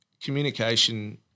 communication